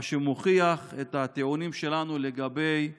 מה שמוכיח את הטיעונים שלנו לגבי